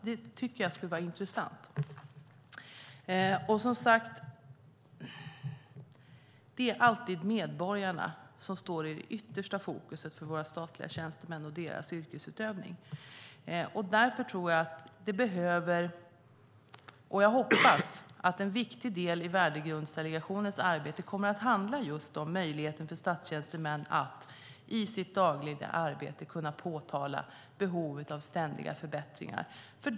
Det tycker jag skulle vara intressant. Det är som sagt alltid medborgarna som står i yttersta fokus för våra statliga tjänstemän och deras yrkesutövning. Därför hoppas jag att en viktig del i värdegrundsdelegationens arbete kommer att vara just möjligheten för statstjänstemän att i sitt dagliga arbete påtala behovet av ständiga förbättringar.